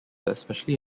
especially